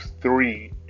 three